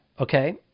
okay